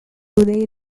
their